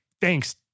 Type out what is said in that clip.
thanks